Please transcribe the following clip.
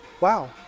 wow